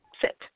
Sit